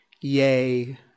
Yay